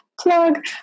plug